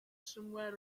somewhere